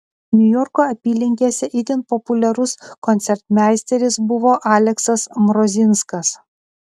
niujorko apylinkėse itin populiarus koncertmeisteris buvo aleksas mrozinskas